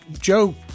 Joe